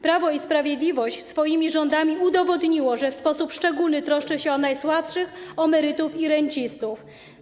Prawo i Sprawiedliwość swoimi rządami udowodniło, że w sposób szczególny troszczy się o najsłabszych, o emerytów i rencistów.